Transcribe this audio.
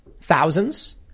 thousands